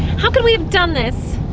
how can we have done this?